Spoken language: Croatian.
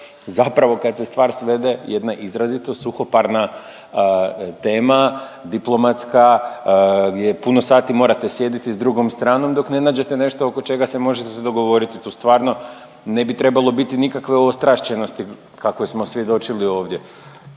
zapravo kad se stvar svede jedna izrazito suhoparna tema, diplomatska gdje puno sati morate sjediti s drugom stranom dok ne nađete nešto oko čega se možete dogovoriti. Tu stvarno ne bi trebalo biti nikakve ostrašćenosti kakvoj smo svjedočili ovdje.